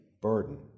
burden